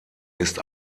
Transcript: ist